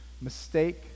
mistake